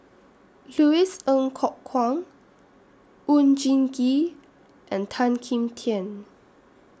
Louis Ng Kok Kwang Oon Jin Gee and Tan Kim Tian